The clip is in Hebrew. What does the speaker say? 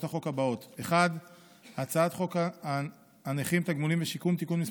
החוק הבאות: הצעת חוק הנכים (תגמולים ושיקום) (תיקון מס'